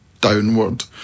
downward